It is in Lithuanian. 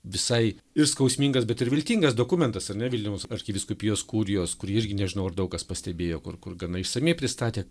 visai ir skausmingas bet ir viltingas dokumentas ar ne vilniaus arkivyskupijos kurijos kuri irgi nežinau ar daug kas pastebėjo kur kur gana išsamiai pristatė